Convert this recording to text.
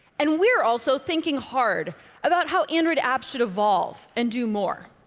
and we're also thinking hard about how android apps should evolve and do more.